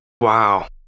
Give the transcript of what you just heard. Wow